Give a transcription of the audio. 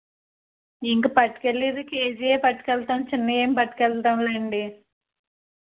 ఇంకా పట్టుకు వెళ్ళేది కేజీయే పట్టుకొని వెళతాను చిన్నవి ఏమి పట్టుకెళతాము లేండి